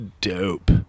dope